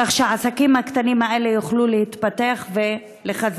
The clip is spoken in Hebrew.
כך שהעסקים הקטנים האלה יוכלו להתפתח ולהתחזק.